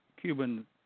Cuban